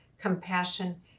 compassion